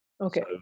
Okay